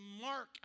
mark